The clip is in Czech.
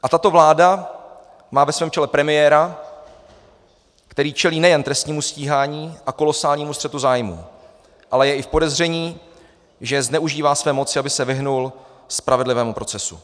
A tato vláda má ve svém čele premiéra, který čelí nejen trestnímu stíhání a kolosálnímu střetu zájmů, ale je i v podezření, že zneužívá své moci, aby se vyhnul spravedlivému procesu.